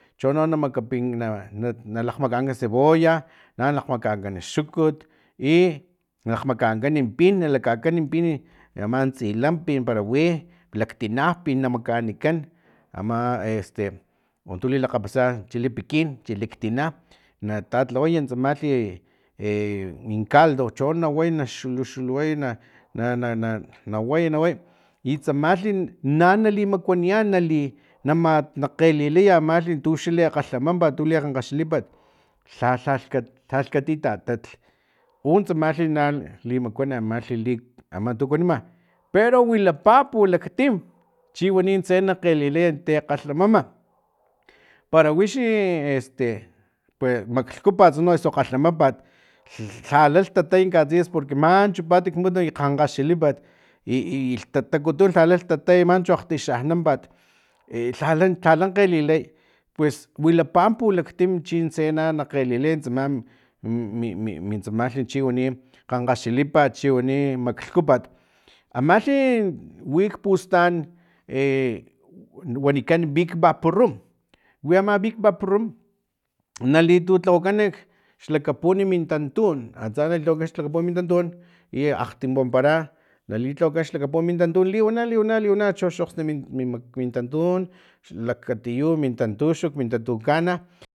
Chono na makapina na na lakgmakani cebolla na lakgmakankan xukut ilakgmakankan pin na lakakan pin ama tsilampin para wi laktinapin i na makanikan ama e este untu lilakgapasa chile pikin xalaktina na tatlawaya tsamalhi e min caldo cho na way na luxu luxu naway na na na way na way i tsamalhi na nalimakuaniyan nali na kgelilaya amalhi tuxa li akgalhamampat tu li kgankgaxilipat lha lhalh kati tatatl un tsamalhi na limakuan amalhi li ama tu kuanima pero wilapa pulaktim chiwani tse na kgelilay te akgalhamama para wixi este pue maklhkupat eso akgalhamampat lhala lhtatay katsis porque manchu pat i kgankgaxilipat i i lhtatakutun lhala lhtatay manchu akgtixanampat e lhala lhala kgelilay pues wilapa pulaktim chintse nakgelilay tsama mi mi tsama chiwani kgankaxilipat chiwani maklhkupat amalhi wi kpustan e wanikan vik vaporrum wi ama vik vaporrum nali tutlawakan nak xlakapun min tantun antsa na litlawakan xlakapun min tantun i akgtim wampara nali tlawakan xlakapun min tantun liwana liwana liwana chox okgsni mi ma mintantun lakatiyun min tantuxuk min tantukana